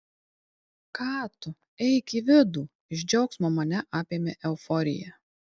ką tu eik į vidų iš džiaugsmo mane apėmė euforija